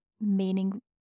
meaning